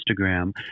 Instagram